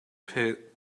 pit